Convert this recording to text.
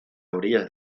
orillas